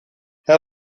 hij